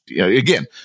Again